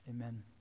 Amen